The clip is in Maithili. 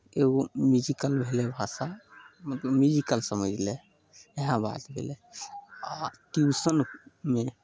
एगो म्यूजिकल भेलै भाषा मतलब म्यूजिकल समझि ले इएह बात भेलै आओर ट्यूशनमे